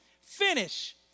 finish